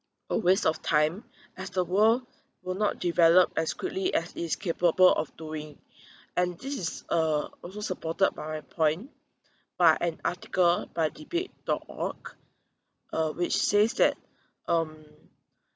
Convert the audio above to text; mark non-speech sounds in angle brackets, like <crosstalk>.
a waste of time as the world will not develop as quickly as it is capable of doing <breath> and this is uh also supported by my point but an article by debate dot org uh which says that um